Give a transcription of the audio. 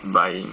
buying